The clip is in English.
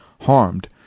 harmed